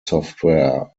software